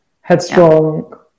headstrong